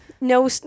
no